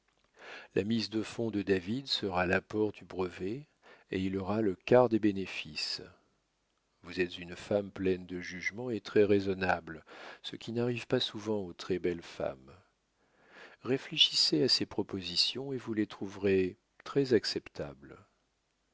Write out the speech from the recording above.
la mise de fonds de david sera l'apport du brevet et il aura le quart des bénéfices vous êtes une femme pleine de jugement et très-raisonnable ce qui n'arrive pas souvent aux très-belles femmes réfléchissez à ces propositions et vous les trouverez très acceptables ah